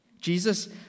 Jesus